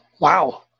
wow